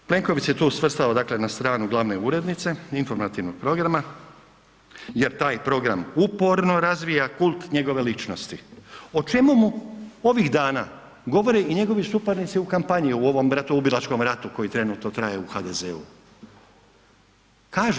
Plenković se tu svrstao na stranu glavne urednice Informativnog programa jer taj program uporno razvija kult njegove ličnosti o čemu mu ovih dana govore i njegovi suparnici u kampanji u ovom bratoubilačkom ratu koji trenutno traje u HDZ-u.